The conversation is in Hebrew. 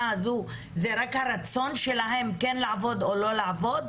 הזאת זה רק הרצון שלהם כן לעבוד או לא לעבוד?